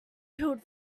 healed